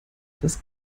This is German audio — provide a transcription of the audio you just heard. das